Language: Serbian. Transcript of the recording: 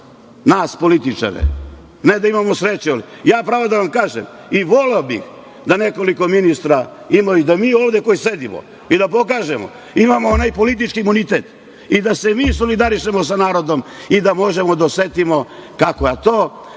nas političare. Ja pravo da vam kažem, i voleo bih da nekoliko ministara ima i da mi ovde koji sedimo i da pokažemo, imamo onaj politički imunitet i da se mi solidarišemo sa narodom i da možemo da osetimo, ne